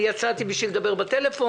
יצאתי מכאן בשביל לדבר בטלפון